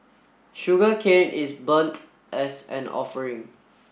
sugarcane is burnt as an offering